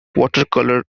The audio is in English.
watercolor